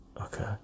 okay